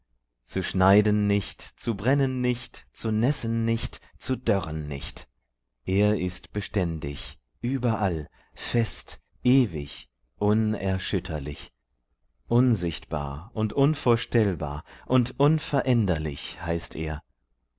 zu schneiden nicht zu brennen nicht zu nässen nicht zu dörren nicht er ist beständig überall fest ewig unerschütterlich unsichtbar und unvorstellbar und unveränderlich heißt er